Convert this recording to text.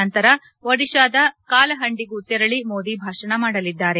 ನಂತರ ಒಡಿಶಾದ ಕಾಲಹಂಡಿಗೂ ತೆರಳಿ ಮೋದಿ ಭಾಷಣ ಮಾಡಲಿದ್ದಾರೆ